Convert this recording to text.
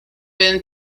been